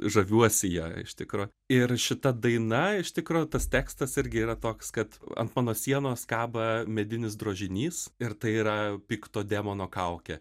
žaviuosi ja iš tikro ir šita daina iš tikro tas tekstas irgi yra toks kad ant mano sienos kaba medinis drožinys ir tai yra pikto demono kaukė